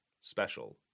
special